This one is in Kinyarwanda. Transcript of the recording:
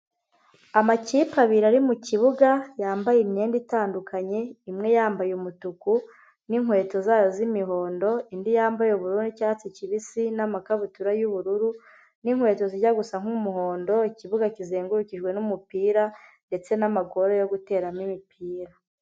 Amakipe abiri ari mukibuga yambaye imyenda itandukanye, imwe yambaye umutuku n'inkweto zayo z'imihondo, indi yambaye ubururu n'icyatsi kibisi, namakabutura yubururu, n'inkweto zijya gusa nku'umuhondo, ikibuga kizengurukijwe n'umupira, ndetse n'amagcona yo guteramo imipira.